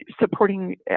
supporting